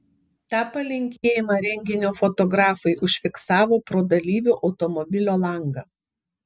tą palinkėjimą renginio fotografai užfiksavo pro dalyvių automobilio langą